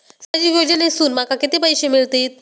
सामाजिक योजनेसून माका किती पैशे मिळतीत?